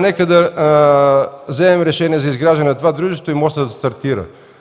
Нека да вземем решение за изграждане на това дружество и мостът да стартира.